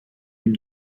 ihm